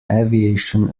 aviation